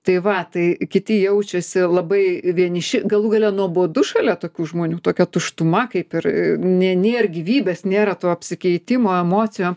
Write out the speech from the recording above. tai va tai kiti jaučiasi labai vieniši galų gale nuobodu šalia tokių žmonių tokia tuštuma kaip ir nė nėr gyvybės nėra to apsikeitimo emocijom